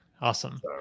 Awesome